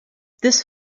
this